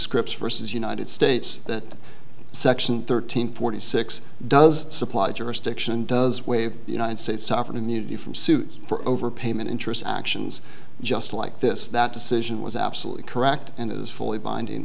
scripps versus united states that section thirteen forty six does supply jurisdiction does waive the united states often immunity from suit for overpayment interest actions just like this that decision was absolutely correct and is fully bindin